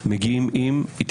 לא הכנו חוות דעת.